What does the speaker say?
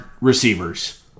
receivers